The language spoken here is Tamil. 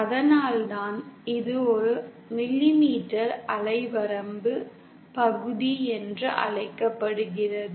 அதனால்தான் இது ஒரு மில்லிமீட்டர் அலை வரம்பு பகுதி என்று அழைக்கப்படுகிறது